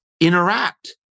interact